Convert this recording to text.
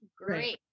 great